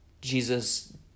Jesus